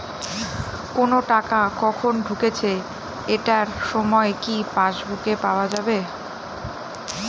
কোনো টাকা কখন ঢুকেছে এটার সময় কি পাসবুকে পাওয়া যাবে?